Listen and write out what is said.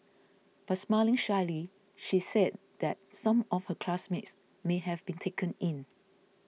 but smiling shyly she said that some of her classmates may have been taken in